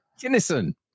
Kinnison